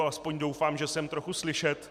Aspoň doufám, že jsem trochu slyšet.